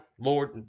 Lord